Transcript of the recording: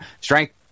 strength